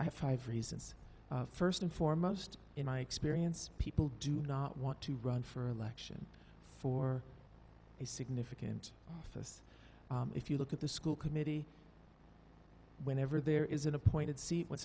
have five reasons first and foremost in my experience people do not want to run for election for a significant fest if you look at the school committee whenever there is an appointed seat when